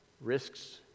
risks